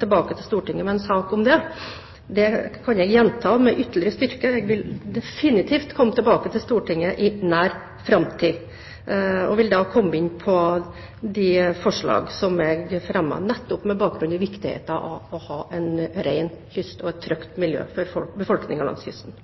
tilbake til Stortinget med en sak om dette. Det kan jeg gjenta med ytterligere styrke: Jeg vil definitivt komme tilbake til Stortinget i nær framtid. Jeg vil da komme inn på de forslag som jeg fremmet, nettopp på bakgrunn av viktigheten av å ha en ren kyst og et trygt miljø for befolkningen langs kysten.